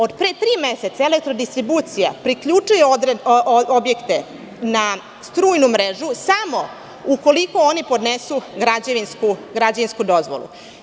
Od pre tri meseca Elektrodistribucija priključuje objekte na strujnu mrežu samo ukoliko oni podnesu građevinsku dozvolu.